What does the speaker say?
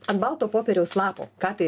ant balto popieriaus lapo ką tai